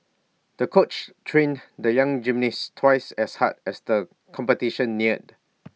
the coach trained the young gymnast twice as hard as the competition neared